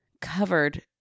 covered